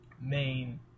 main